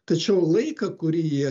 tačiau laiką kurį jie